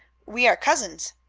we are cousins.